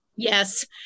Yes